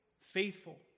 Faithful